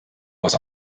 was